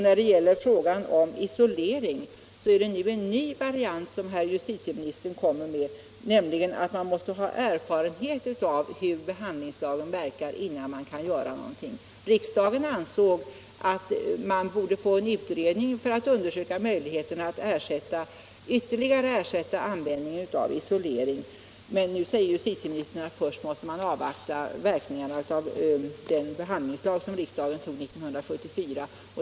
När det gäller frågan om isoleringsstraff är det en ny variant som justitieministern kommer med, nämligen att man måste ha erfarenhet av hur behandlingslagen verkar innan man kan göra någonting. Riksdagen ansåg att det borde göras en utredning för att undersöka möjligheterna att ytterligare ersätta användningen av isoleringsstraff, men nu säger justitieministern att först måste man avvakta verkningarna av den behandlingslag som riksdagen antog 1974.